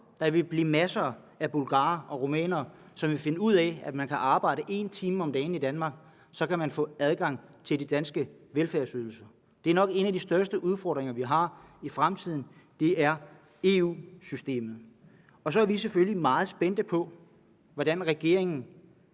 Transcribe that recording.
der vil blive masser af bulgarere og rumænere, som vil finde ud af, at man ved at arbejde 1 time om dagen i Danmark kan få adgang til de danske velfærdsydelser. En af de største udfordringer, vi har i fremtiden, er nok EU-systemet. Så er vi selvfølgelig meget spændte på, hvordan regeringen